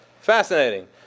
Fascinating